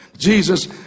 Jesus